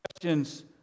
questions